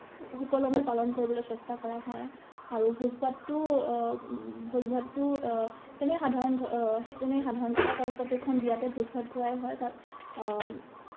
সুকলমে পালন কৰিবলৈ চেষ্টা কৰা হয় আৰু ভোজ ভাতটোও ভোজ ভাতটোও তেনেই সাধাৰণ তেনেই সাধাৰণ কথা কাৰণ প্ৰত্যেকখন বিয়াতে ভোজ ভাত খুৱাই হয় তাত